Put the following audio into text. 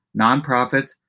nonprofits